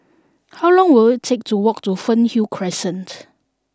how long will it take to walk to Fernhill Crescent